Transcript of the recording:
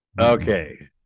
Okay